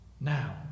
now